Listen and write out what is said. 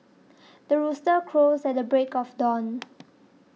the rooster crows at the break of dawn